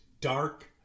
Dark